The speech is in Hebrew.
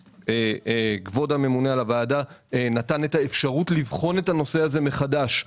אם כבוד הממונה על הוועדה נתן את האפשרות לבחון את הנושא הזה מחדש,